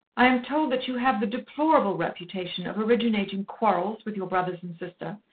i am told that you have the deplorable reputation of originating quarrels with your brothers and sister,